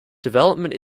development